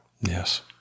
Yes